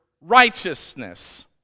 righteousness